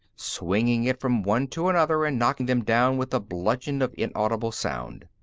swinging it from one to another and knocking them down with a bludgeon of inaudible sound.